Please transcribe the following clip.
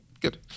good